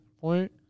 point